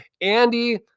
Andy